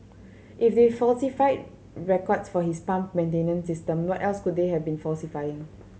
if they falsified records for this pump maintenance system what else could they have been falsifying